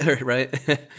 right